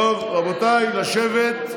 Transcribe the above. רבותיי, לשבת.